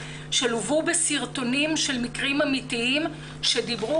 שלוו בסרטונים של מקרים אמיתיים שדיברו